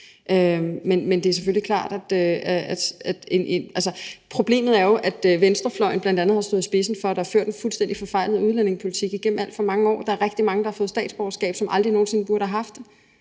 enige om rigtig mange ting. Men problemet er jo, at venstrefløjen bl.a. har stået i spidsen for, at der er ført en fuldstændig forfejlet udlændingepolitik igennem alt for mange år. Der er rigtig mange, der har fået statsborgerskab, som aldrig nogen sinde burde have haft